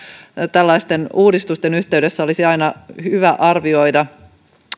tällaisten uudistusten yhteydessä olisi aina hyvä arvioida